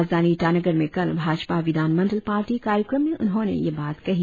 राजधानी ईटानगर में कल भाजपा विधान मंडल पार्टी कार्यक्रम में उन्होंने यह बात कही